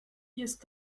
jest